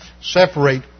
separate